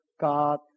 God